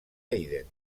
haydn